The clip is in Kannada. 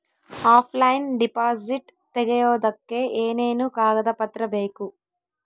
ಆಫ್ಲೈನ್ ಡಿಪಾಸಿಟ್ ತೆಗಿಯೋದಕ್ಕೆ ಏನೇನು ಕಾಗದ ಪತ್ರ ಬೇಕು?